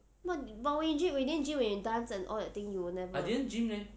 but but when you gym when gym and dance and all that thing you will never